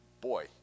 boy